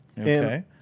Okay